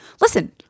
Listen